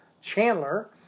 chandler